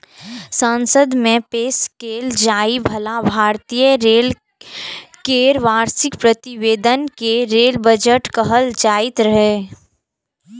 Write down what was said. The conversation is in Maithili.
संसद मे पेश कैल जाइ बला भारतीय रेल केर वार्षिक प्रतिवेदन कें रेल बजट कहल जाइत रहै